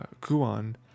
Kuan